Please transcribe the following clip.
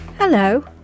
Hello